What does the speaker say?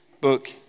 book